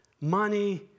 money